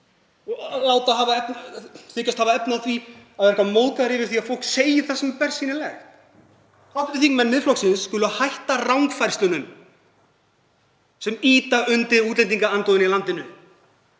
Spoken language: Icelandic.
og þykjast hafa efni á því að vera eitthvað móðgaðir yfir því að fólk segi það sem er bersýnilegt. Hv. þingmenn Miðflokksins skulu hætta rangfærslunum sem ýta undir útlendingaandúðina í landinu.